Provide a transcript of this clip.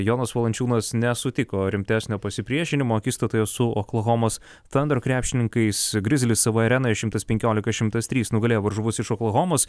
jonas valančiūnas nesutiko rimtesnio pasipriešinimo akistatoje su oklahomos thunder krepšininkais grizzlies savoje arenoje šimtas penkiolika šimtas trys nugalėjo varžovus iš oklahomos